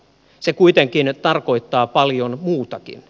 se kuitenkin tarkoittaa paljon muutakin